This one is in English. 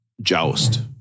Joust